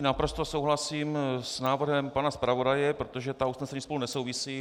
Naprosto souhlasím s návrhem pana zpravodaje, protože ta usnesení spolu nesouvisí.